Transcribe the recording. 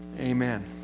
amen